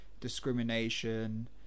discrimination